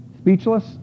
speechless